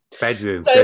Bedroom